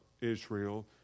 Israel